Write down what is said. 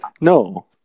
no